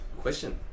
Question